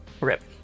rip